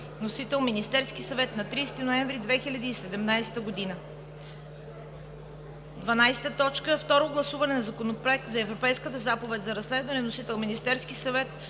Вносител е Министерският съвет на 30 ноември 2017 г. 12. Второ гласуване на Законопроекта за Европейската заповед за разследване. Вносител е Министерският съвет